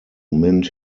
mint